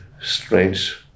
strange